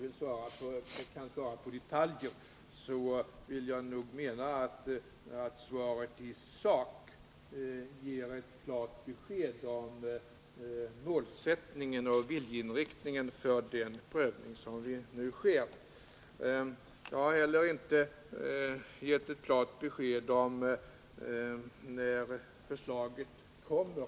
Även om jag i dag inte kan svara på detaljfrågor, menar jag att svaret i sak ger ett klart besked om målsättningen och viljeinriktningen när det gäller den Jag kan inte heller ge något klart besked om när förslaget kommer.